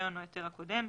הרישיון או ההיתר הקודם,